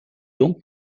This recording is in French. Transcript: donc